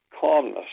calmness